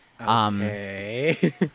Okay